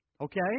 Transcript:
okay